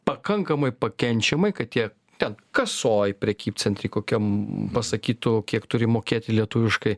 pakankamai pakenčiamai kad jie ten kasoj prekybcentry kokiam pasakytų kiek turi mokėti lietuviškai